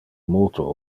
multo